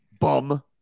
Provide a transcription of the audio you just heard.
Bum